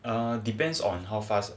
um depends on how fast